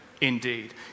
indeed